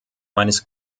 meines